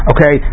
Okay